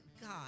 God